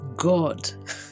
God